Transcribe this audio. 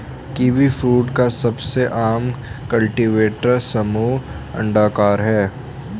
kiwifruit का सबसे आम कल्टीवेटर समूह अंडाकार है